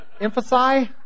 Emphasize